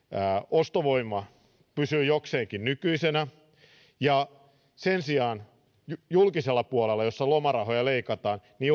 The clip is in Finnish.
ostovoima pysyy jokseenkin nykyisenä sen sijaan julkisella puolella jolla lomarahoja leikataan